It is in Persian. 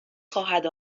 خواهد